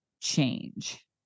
change